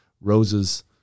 roses